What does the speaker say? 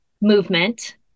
movement